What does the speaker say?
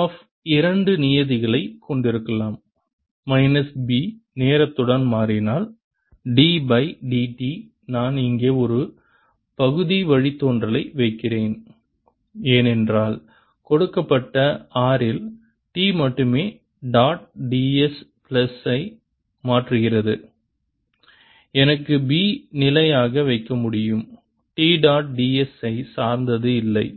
F இரண்டு நியதிகளை கொண்டிருக்கலாம் மைனஸ் B நேரத்துடன் மாறினால் d பை dt நான் இங்கே ஒரு பகுதி வழித்தோன்றலை வைக்கிறேன் ஏனென்றால் கொடுக்கப்பட்ட r இல் t மட்டுமே டாட் ds பிளஸ் ஐ மாற்றுகிறது எனக்கு B நிலையாக வைக்க முடியும் t டாட் ds ஐ சார்ந்து இல்லை